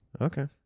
Okay